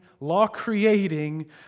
law-creating